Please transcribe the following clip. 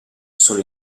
sono